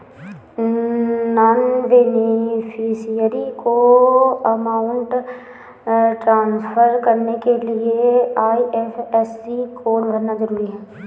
non beneficiary को amount transfer करने के लिए आई.एफ.एस.सी कोड भरना जरूरी है